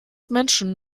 menschen